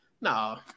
No